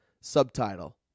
Subtitle